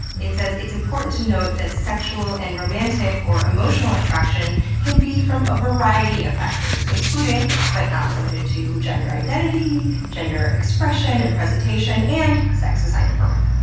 it says it's important to note that sexual and romantic or emotional attraction can be from a variety of factors including but not limited to gender identity, gender expression and presentation, and sex assigned at birth.